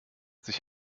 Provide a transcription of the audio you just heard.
sich